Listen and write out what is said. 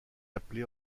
appelé